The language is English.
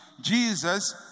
Jesus